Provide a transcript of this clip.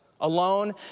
alone